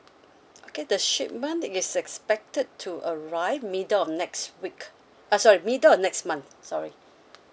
okay the shipment is expected to arrive middle of next week uh sorry middle of next month sorry